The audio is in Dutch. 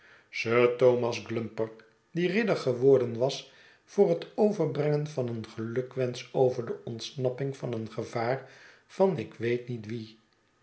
thomas glumper die ridder geworden was voor het overbrengen van een gelukwensch over de ontsnapping van een gevaar van ik weet niet wien